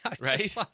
right